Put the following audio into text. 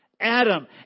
Adam